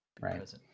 right